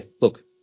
look